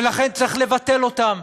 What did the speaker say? ולכן צריך לבטל אותם.